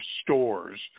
stores